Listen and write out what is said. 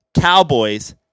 Cowboys